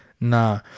nah